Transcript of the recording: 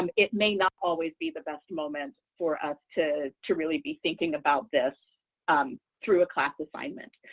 um it may not always be the best moment for us to to really be thinking about this um through a class assignment.